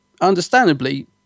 understandably